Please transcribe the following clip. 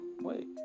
Wait